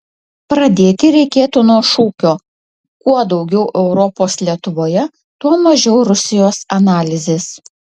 pradėti reikėtų nuo šūkio kuo daugiau europos lietuvoje tuo mažiau rusijos analizės